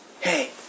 hey